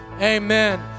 amen